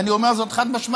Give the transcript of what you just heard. ואני אומר זאת חד-משמעית.